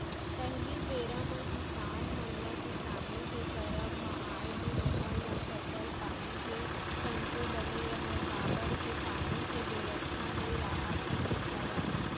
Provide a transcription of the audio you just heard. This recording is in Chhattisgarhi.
पहिली बेरा म किसान मन ल किसानी के करब म आए दिन ओमन ल फसल पानी के संसो बने रहय काबर के पानी के बेवस्था नइ राहत रिहिस हवय